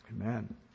Amen